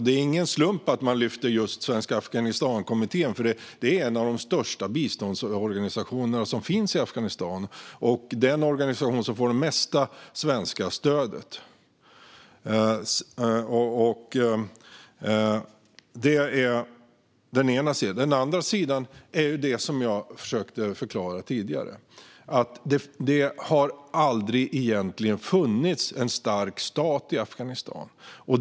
Det är ingen slump att just Svenska Afghanistankommittén lyfts fram, för det är en av de största biståndsorganisationer som finns i Afghanistan och den organisation som får mest svenskt stöd. Det var den ena. Det andra är det som jag försökte förklara tidigare. Det har egentligen aldrig funnits en stark stat i Afghanistan.